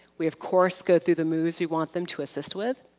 we of course go through the moves we want them to assist with,